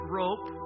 rope